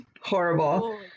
horrible